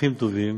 ומתמחים טובים